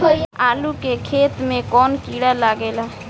आलू के खेत मे कौन किड़ा लागे ला?